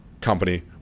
company